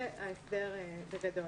זה ההסדר, בגדול.